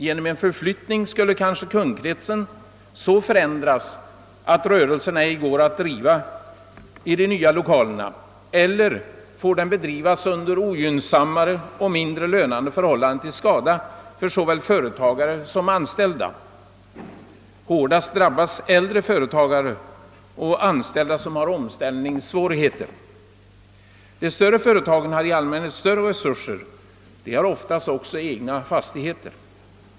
Genom en förflyttning skulle kanske kundkretsen så förändras att rörelsen ej går att driva i de nya lokalerna eller få bedrivas under ogynnsammare och mindre lönande förhållanden till skada för såväl företagare som anställda. Hårdast drabbas äldre företagare och anställda som har omställningssvårigheter. De större företagen har i allmänhet större resurser. De har oftast också egna fastigheter.